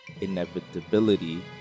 inevitability